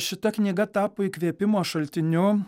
šita knyga tapo įkvėpimo šaltiniu